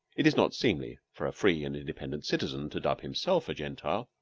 it is not seemly for a free and independent citizen to dub himself a gentile,